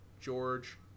George